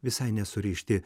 visai nesurišti